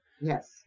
Yes